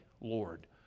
lord